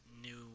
new